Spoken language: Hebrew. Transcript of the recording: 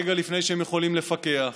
רגע לפני שהם יכולים לפקח.